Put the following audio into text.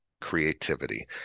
creativity